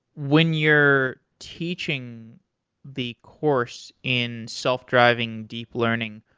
when you're teaching the course in self-driving deep learning,